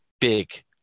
big